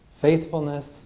faithfulness